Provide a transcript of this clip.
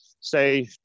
say